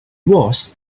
was